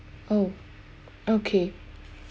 oh okay